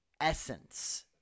essence